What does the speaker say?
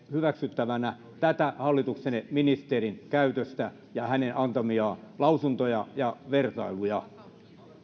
hyväksyttävänä tätä hallituksenne ministerin käytöstä ja hänen antamiaan lausuntoja ja vertailuja